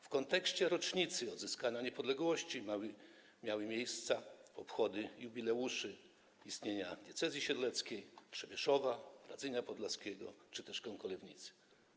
W kontekście rocznicy odzyskania niepodległości miały miejsce obchody jubileuszy istnienia diecezji siedleckiej, Trzebieszowa, Radzynia Podlaskiego czy też Kąkolewnicy.